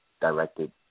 directed